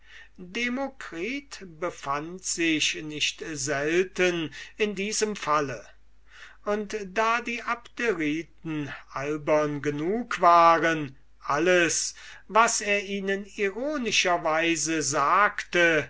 demokritus befand sich nicht selten in diesem falle und da die abderiten albern genug waren alles was er ihnen ironischer weise sagte